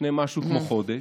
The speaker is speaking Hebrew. לפני משהו כמו חודש.